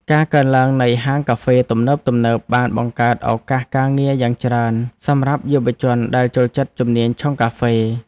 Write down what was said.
ការកើនឡើងនៃហាងកាហ្វេទំនើបៗបានបង្កើតឱកាសការងារយ៉ាងច្រើនសម្រាប់យុវជនដែលចូលចិត្តជំនាញឆុងកាហ្វេ។